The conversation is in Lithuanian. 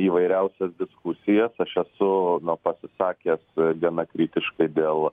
įvairiausias diskusijas aš esu pasisakęs gana kritiškai dėl